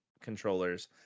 controllers